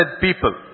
people